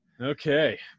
Okay